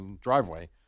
driveway